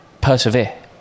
persevere